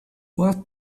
what